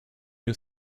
new